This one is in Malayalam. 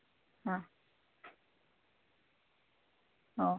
ആ ഓ